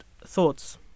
thoughts